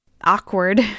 awkward